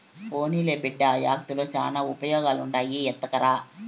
పోన్లే బిడ్డా, ఆ యాకుల్తో శానా ఉపయోగాలుండాయి ఎత్తకరా